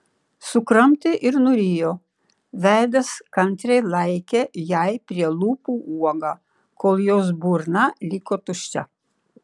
sukramtė ir nurijo veidas kantriai laikė jai prie lūpų uogą kol jos burna liko tuščia